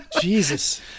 Jesus